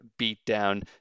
beatdown